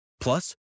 Plus